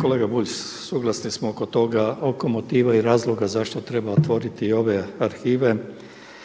Kolega Bulj, suglasni smo oko toga, oko motiva i razloga zašto treba otvoriti i ove arhive.